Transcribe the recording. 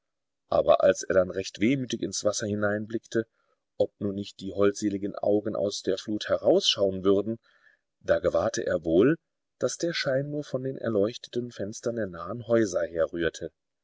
aber als er dann recht wehmütig ins wasser hineinblickte ob nun nicht die holdseligen augen aus der flut herausschauen würden da gewahrte er wohl daß der schein nur von den erleuchteten fenstern der nahen häuser herrührte